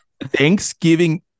Thanksgiving